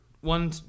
one